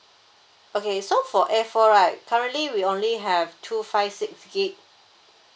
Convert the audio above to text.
okay so for air four right currently we only have two five six gig